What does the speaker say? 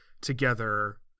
together